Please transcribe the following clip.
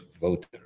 voter